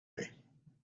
ruin